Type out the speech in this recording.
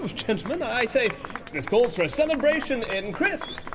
gentlemen. i say this calls for a celebration in crisps!